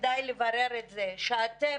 וכדאי לברר את זה שאתם